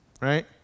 right